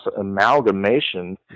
amalgamation